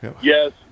Yes